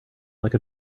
like